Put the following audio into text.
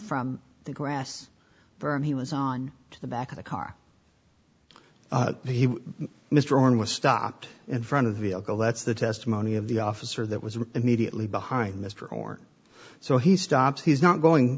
from the grass berm he was on to the back of the car he mr owen was stopped in front of vehicle that's the testimony of the officer that was immediately behind mr or so he stops he's not going